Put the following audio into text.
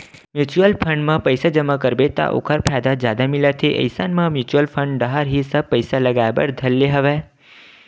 mutual fund म पइसा जमा करबे त ओखर फायदा जादा मिलत हे इसन म म्युचुअल फंड डाहर ही सब पइसा लगाय बर धर ले हवया